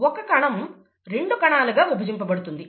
ఒక్క కణం రెండు కణాలుగా విభజింపబడుతుంది